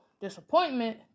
disappointment